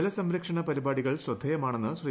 ജലസംരക്ഷണ പരിപാടികൾ ശ്രദ്ധേയമാണെന്ന് ശ്രീ